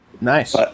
Nice